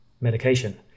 medication